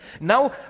Now